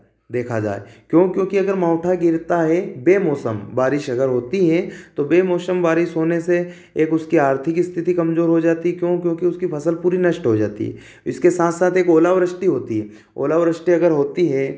देखा जाए क्यों क्योंकि नौठा गिरता है बे मौसम बारिश अगर होती है तो बे मौसम बारिश होने से एक उसकी आर्थिक स्थिति कमज़ोर हो जाती क्यों क्योंकि उसकी फ़सल पूरी नष्ट हो जाती उसके साथ साथ एक ओला वृष्टि होती है ओला वृष्टि अगर होती है